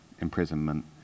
imprisonment